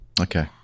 Okay